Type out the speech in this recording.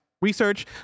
research